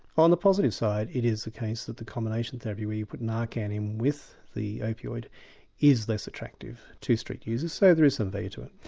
on the positive side it is the case that the combination therapy where you put narcan in with the opioid is less attractive to street users so there is some value to it.